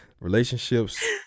relationships